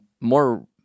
more